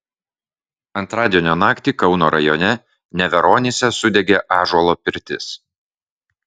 antradienio naktį kauno rajone neveronyse sudegė ąžuolo pirtis